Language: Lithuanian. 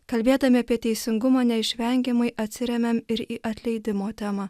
kalbėdami apie teisingumą neišvengiamai atsiremiam ir į atleidimo temą